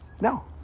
No